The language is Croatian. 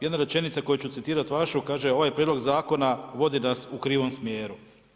Jedna rečenica koju ću citirati vašu, ovaj prijedlog zakona vodi nas u krivom smjeru.